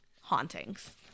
hauntings